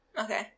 okay